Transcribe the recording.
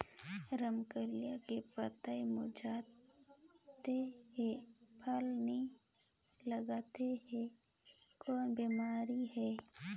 रमकलिया के पतई मुरझात हे फल नी लागत हे कौन बिमारी हे?